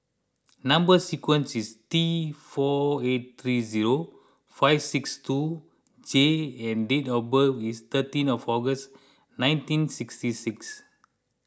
Number Sequence is T four eight three zero five six two J and date of birth is thirteen of August nineteen sixty six